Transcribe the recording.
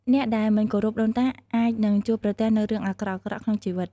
អ្នកដែលមិនគោរពដូនតា អាចនឹងជួបប្រទះនូវរឿងអាក្រក់ៗក្នុងជីវិត។